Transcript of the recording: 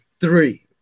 three